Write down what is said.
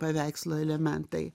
paveikslo elementai